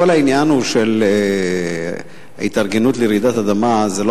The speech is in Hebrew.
כל העניין של ההתארגנות לרעידת אדמה הוא לא